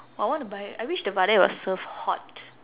oh I wanna buy I wish the vadai was served hot